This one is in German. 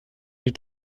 die